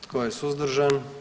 Tko je suzdržan?